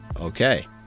okay